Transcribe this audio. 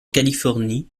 californie